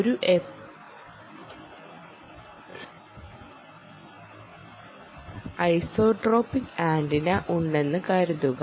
ഒരു isotropic antenna ഉണ്ടെന്ന് കരുതുക